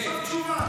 עכשיו תשובה.